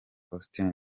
faustin